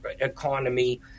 economy